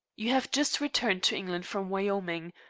you have just returned to england from wyoming.